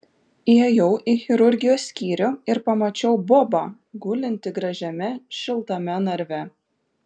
įėjau į chirurgijos skyrių ir pamačiau bobą gulintį gražiame šiltame narve